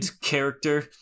character